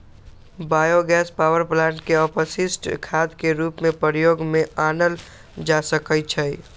bio gas power plant के अपशिष्ट खाद के रूप में प्रयोग में आनल जा सकै छइ